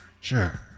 Sure